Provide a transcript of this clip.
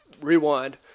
rewind